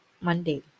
Monday